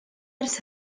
ers